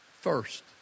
first